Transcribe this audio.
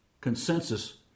consensus